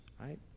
right